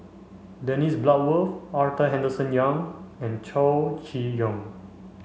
Dennis Bloodworth Arthur Henderson Young and Chow Chee Yong